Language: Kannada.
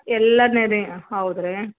ಎಲ್ಲದ್ನೆಯ ಹೌದ್ರಿ